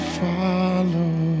follow